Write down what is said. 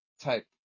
type